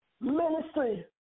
ministry